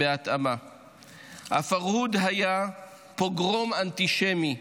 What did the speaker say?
הפרהוד היה פוגרום אנטישמי,